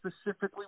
specifically